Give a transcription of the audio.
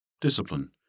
discipline